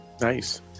Nice